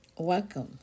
Welcome